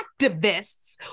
activists